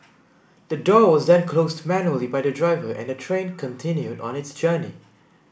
the door was then closed manually by the driver and the train continued on its journey